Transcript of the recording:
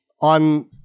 on